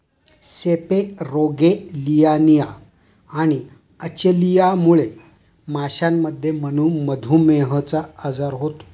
सेपेरोगेलियानिया आणि अचलियामुळे माशांमध्ये मधुमेहचा आजार होतो